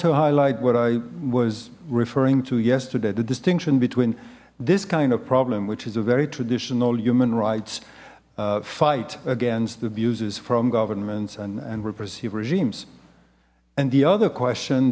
to highlight what i was referring to yesterday the distinction between this kind of problem which is a very traditional human rights fight against abuses from governments and and repressive regimes and the other question